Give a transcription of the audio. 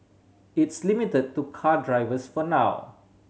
it's limit to car drivers for now